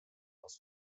aus